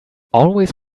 always